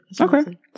Okay